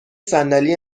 صندلی